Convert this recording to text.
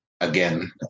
Again